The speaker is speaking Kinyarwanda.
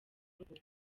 rugo